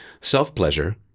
self-pleasure